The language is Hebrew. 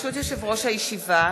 ברשות יושב-ראש הישיבה,